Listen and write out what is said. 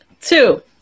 Two